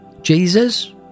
Jesus